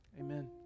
amen